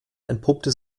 entpuppte